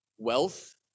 Wealth